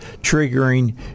triggering